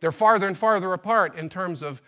they're farther and farther apart in terms of